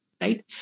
right